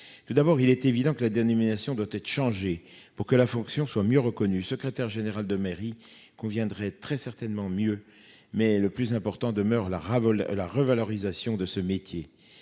tout d'abord, il est évident que la dénomination doit être changé pour que la fonction soit mieux reconnue, secrétaire général de mairie. Conviendrait très certainement mieux. Mais le plus important demeure la. La revalorisation de ce métier